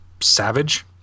savage